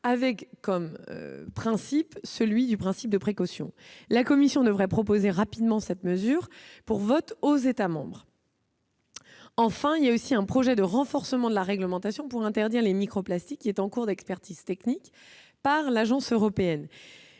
dans les granulats, selon le principe de précaution. La Commission devrait soumettre rapidement cette mesure au vote des États membres. Par ailleurs, un projet de renforcement de la réglementation pour interdire les microplastiques est en cours d'expertise technique par l'Agence européenne.